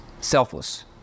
selfless